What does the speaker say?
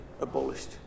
abolished